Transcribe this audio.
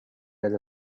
other